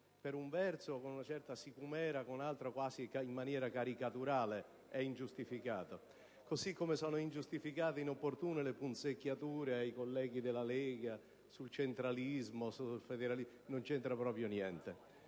per un verso con una certa sicumera, per altro in maniera quasi caricaturale e ingiustificata. Così come sono ingiustificate e inopportune le punzecchiature ai colleghi della Lega sul centralismo e sul federalismo: non c'entra proprio niente.